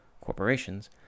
corporations